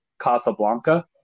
casablanca